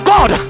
God